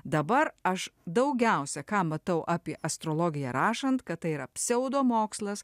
dabar aš daugiausia ką matau apie astrologiją rašant kad tai yra pseudomokslas